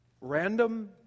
Random